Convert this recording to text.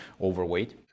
overweight